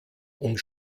und